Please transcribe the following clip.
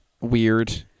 weird